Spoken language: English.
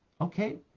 okay